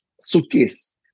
suitcase